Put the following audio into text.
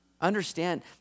Understand